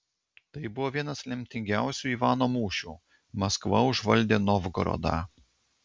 tai buvo vienas lemtingiausių ivano mūšių maskva užvaldė novgorodą